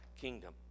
kingdom